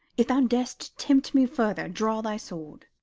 if thou dar'st tempt me further, draw thy sword.